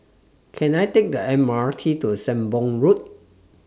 Can I Take The M R T to Sembong Road